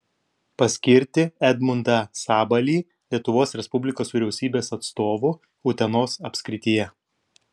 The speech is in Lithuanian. paskirti edmundą sabalį lietuvos respublikos vyriausybės atstovu utenos apskrityje